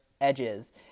edges